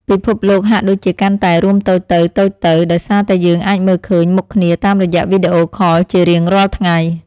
ពិភពលោកហាក់ដូចជាកាន់តែរួមតូចទៅៗដោយសារតែយើងអាចមើលឃើញមុខគ្នាតាមរយៈវីដេអូខលជារៀងរាល់ថ្ងៃ។